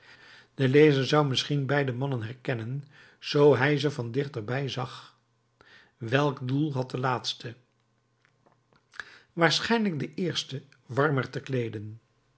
de lezer zou misschien beide mannen herkennen zoo hij ze van dichter bij zag welk doel had de laatste waarschijnlijk den eerste warmer te kleeden